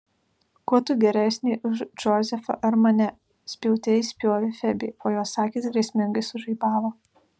kuo tu geresnė už džozefą ar mane spjaute išspjovė febė o jos akys grėsmingai sužaibavo